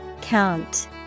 Count